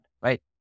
right